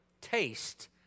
taste